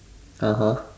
(uh huh)